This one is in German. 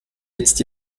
jetzt